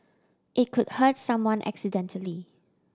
it could hurt someone accidentally